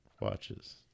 watches